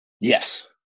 Yes